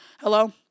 Hello